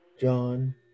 John